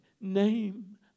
name